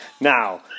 Now